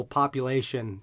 population